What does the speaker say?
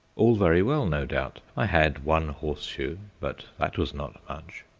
all very well, no doubt. i had one horseshoe, but that was not much,